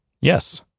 Yes